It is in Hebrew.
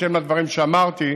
בהתאם לדברים שאמרתי,